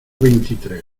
veintitrés